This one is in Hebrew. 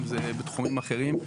אם זה בתחומים אחרים.